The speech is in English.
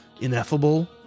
ineffable